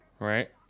Right